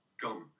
gone